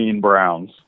Browns